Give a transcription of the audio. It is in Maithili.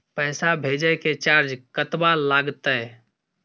पैसा भेजय के चार्ज कतबा लागते?